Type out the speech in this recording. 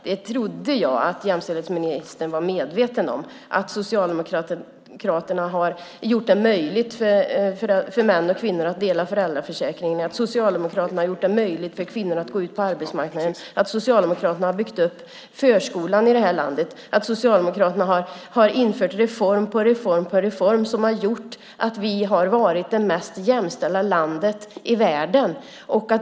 Jag trodde att jämställdhetsministern var medveten om att Socialdemokraterna har gjort det möjligt för män och kvinnor att dela föräldraförsäkringen, att Socialdemokraterna gjort det möjligt för kvinnor att gå ut på arbetsmarknaden, att Socialdemokraterna har byggt upp förskolan i det här landet, att Socialdemokraterna har infört reform på reform som har gjort att vi har varit det mest jämställda landet i världen.